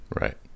Right